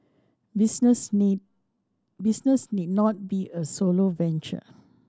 business need business need not be a solo venture